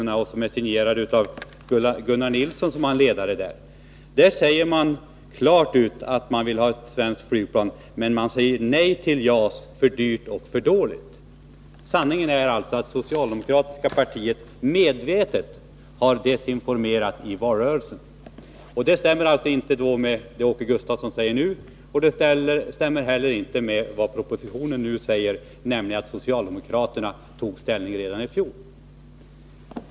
I en ledare som är signerad av Gunnar Nilsson säger man mycket klart ut att man vill ha ett svenskt flygplan, men man säger nej till JAS — för dyrt och för dåligt. Sanningen är alltså att det socialdemokratiska partiet medvetet har desinformerat i valrörelsen. Det stämmer inte med det Åke Gustavsson säger nu, och det stämmer heller inte med vad propositionen säger, nämligen att socialdemokraterna tog ställning redan i fjol.